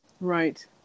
Right